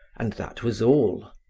and that was all.